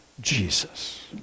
Jesus